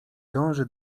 dąży